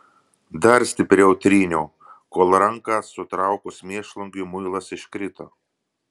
dar stipriau tryniau kol ranką sutraukus mėšlungiui muilas iškrito